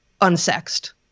unsexed